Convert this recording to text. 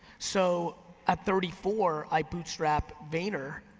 so at thirty four i bootstrap vayner.